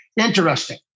Interesting